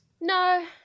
No